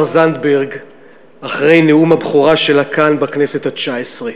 זנדברג אחרי נאום הבכורה שלה כאן בכנסת התשע-עשרה.